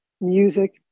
music